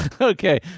Okay